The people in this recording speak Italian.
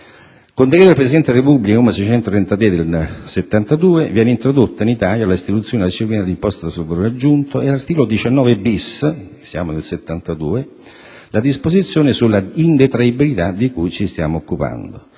Con decreto del Presidente della Repubblica n. 633 del 1972 viene introdotta in Italia la istituzione e la disciplina dell'imposta sul valore aggiunto e all'articolo 19-*bis* - siamo nel 1972 - la disposizione sulla indetraibilità di cui ci stiamo occupando.